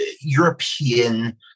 European